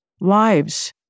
lives